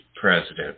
President